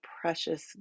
precious